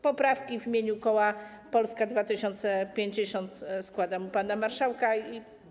Poprawki w imieniu koła Polska 2050 składam do pana marszałka.